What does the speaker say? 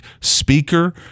Speaker